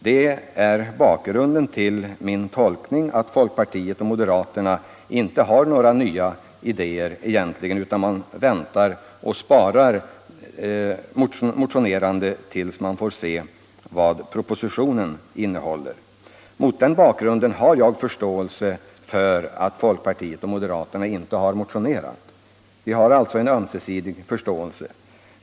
Det är bakgrunden till min tolkning att folkpartiet och moderata samlingspartiet inte egentligen har några nya idéer utan väntar med motionerandet tills de får se vad propositionen innehåller. Mot den bakgrunden har jag förståelse för att folkpartiet och moderata samlingspartiet avvaktar propositionen. Vi har alltså en ömsesidig förståelse.